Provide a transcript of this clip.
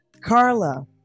Carla